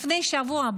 לפני שבוע,